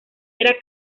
era